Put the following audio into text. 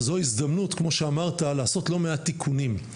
וזו ההזדמנות כמו שאמרת לעשות לא מעט תיקונים.